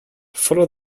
follow